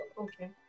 Okay